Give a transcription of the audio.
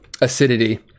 acidity